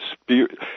spirit